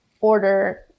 order